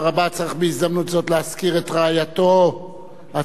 צריך בהזדמנות זאת להזכיר את רעייתו הצדקת,